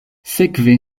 sekve